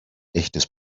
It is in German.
echtes